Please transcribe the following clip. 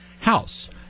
house